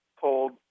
told